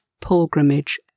pilgrimage